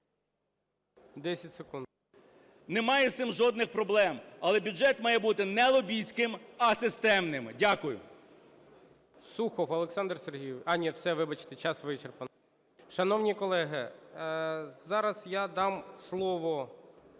М.Л. Немає з цим жодних проблем. Але бюджет має бути не лобістським, а системним. Дякую. ГОЛОВУЮЧИЙ. Сухов Олександр Сергійович… А ні, все, вибачте, час вичерпано. Шановні колеги, зараз я дам слово